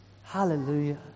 Hallelujah